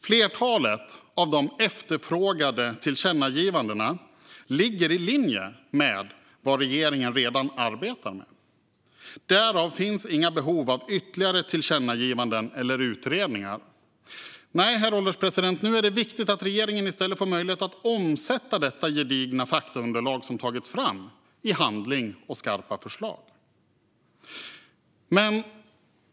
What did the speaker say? Flertalet av de efterfrågade tillkännagivandena ligger i linje med vad regeringen redan arbetar med. Därav finns inga behov av ytterligare tillkännagivanden eller utredningar. Nej, herr ålderspresident, nu är det viktigt att regeringen i stället får möjlighet att omsätta detta gedigna faktaunderlag som har tagits fram i handling och skarpa förslag.